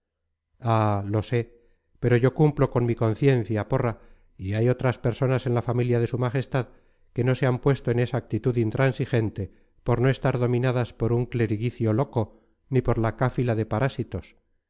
ah lo sé pero yo cumplo con mi conciencia porra y hay otras personas en la familia de s m que no se han puesto en esa actitud intransigente por no estar dominadas por un cleriguicio loco ni por la cáfila de parásitos